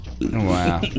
Wow